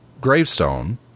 gravestone